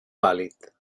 vàlid